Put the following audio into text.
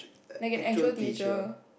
like an actual teacher